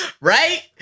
right